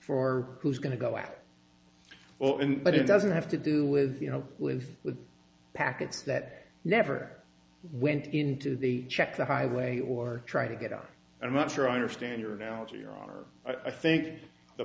for who's going to go out all in but it doesn't have to do with you know with the packets that never went into the check the highway or try to get out and i'm not sure i understand your analogy i think the